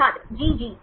छात्र जीजी